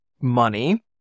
money